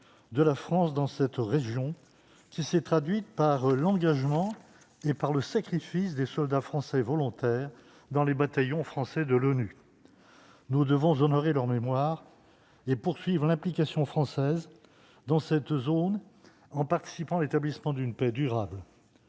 de la France dans cette région, qui s'est traduite par l'engagement et le sacrifice des soldats français volontaires dans le bataillon français de l'ONU. Nous devons honorer leur mémoire et continuer à jouer un rôle dans cette zone en participant à l'établissement d'une paix durable.